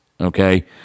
okay